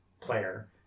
player